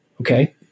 Okay